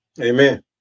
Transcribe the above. Amen